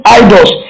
idols